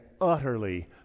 utterly